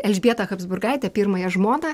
elžbietą habsburgaitę pirmąją žmoną